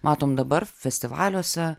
matom dabar festivaliuose